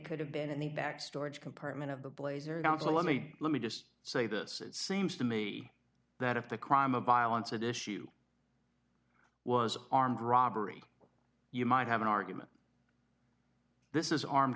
could have been in the back storage compartment of the blazer don so let me let me just say this it seems to me that if the crime of violence at issue was armed robbery you might have an argument this is armed